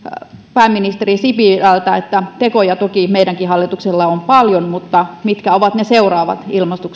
pääministeri sipilältä tekoja toki meidänkin hallituksella on paljon mutta mitkä ovat ne seuraavat